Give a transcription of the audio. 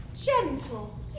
Gentle